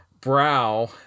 brow